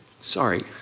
Sorry